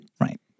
Right